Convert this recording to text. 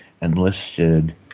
enlisted